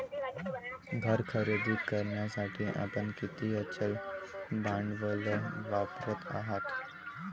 घर खरेदी करण्यासाठी आपण किती अचल भांडवल वापरत आहात?